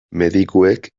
medikuek